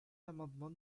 l’amendement